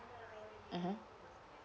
mmhmm